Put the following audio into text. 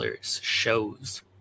shows